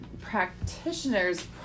practitioner's